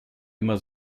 immer